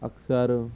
اکثر